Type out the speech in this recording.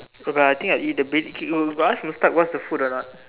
okay I think I eat abit you you got ask Mustad what's the food or not